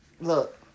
look